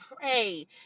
pray